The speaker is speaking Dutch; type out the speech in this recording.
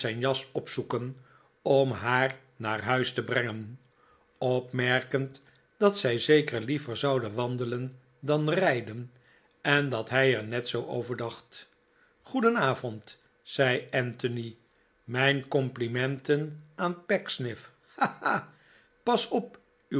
opzoeken om haar naar huis te brengen opmerkend dat zij zeker liever zouden wandelen dan rijden en dat hij er net zoo over dacht goedenavond zei anthony mijn complimenten aan pecksniff ha ha pas op